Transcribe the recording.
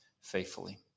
faithfully